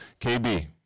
KB